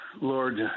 Lord